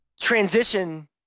transition